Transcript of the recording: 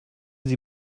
sie